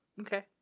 okay